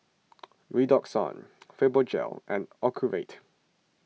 Redoxon Fibogel and Ocuvite